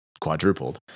quadrupled